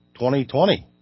2020